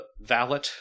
valet